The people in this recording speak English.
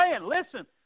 listen